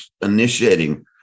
initiating